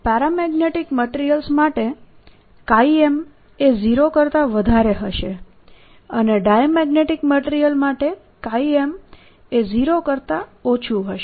paramagnetic materials માટે M એ 0 કરતા વધારે હશે અને ડાયામેગ્નેટીક મટીરીયલ માટે M એ 0 કરતા ઓછું હશે